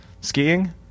skiing